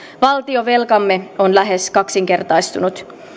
valtionvelkamme on lähes kaksinkertaistunut